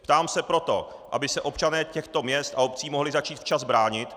Ptám se proto, aby se občané těchto měst a obcí mohli začít včas bránit.